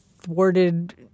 thwarted